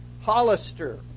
Hollister